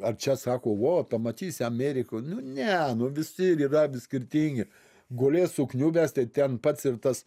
ar čia sako vo pamatysi amerikoj nu ne nu visi ir yra skirtingi gulės sukniubęs tai ten pats ir tas